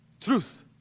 Truth